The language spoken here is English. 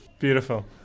beautiful